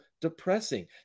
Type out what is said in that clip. depressing